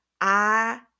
I-